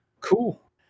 cool